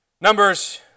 Numbers